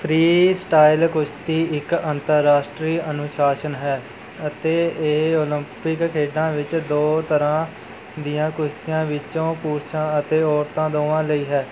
freestyle ਕੁਸ਼ਤੀ ਇੱਕ ਅੰਤਰਰਾਸ਼ਟਰੀ ਅਨੁਸ਼ਾਸਨ ਹੈ ਅਤੇ ਇਹ ਓਲੰਪਿਕ ਖੇਡਾਂ ਵਿੱਚ ਦੋ ਤਰ੍ਹਾਂ ਦੀਆਂ ਕੁਸ਼ਤੀਆਂ ਵਿੱਚੋਂ ਪੁਰਸ਼ਾਂ ਅਤੇ ਔਰਤਾਂ ਦੋਵਾਂ ਲਈ ਹੈ